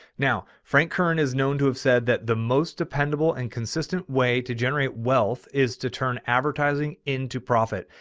now, frank kern is known to have said that the most dependable and consistent way to generate wealth is to turn advertising into profit.